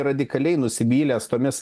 radikaliai nusivylęs tomis